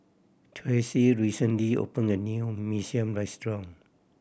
Traci recently opened a new Mee Siam restaurant